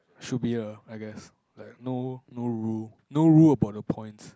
should be err I guess like no no rule no rule about the points